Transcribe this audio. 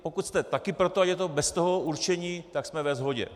Pokud jste také pro to a je to bez toho určení, tak jsme ve shodě.